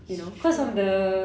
that's true